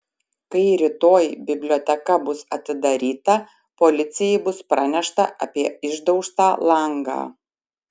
kai rytoj biblioteka bus atidaryta policijai bus pranešta apie išdaužtą langą